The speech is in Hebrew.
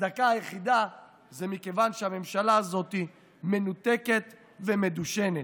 ההצדקה היחידה היא שהממשלה הזאת מנותקת ומדושנת.